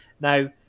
now